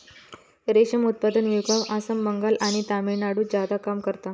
रेशम उत्पादन विभाग आसाम, बंगाल आणि तामिळनाडुत ज्यादा काम करता